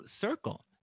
circle